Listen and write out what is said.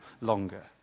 longer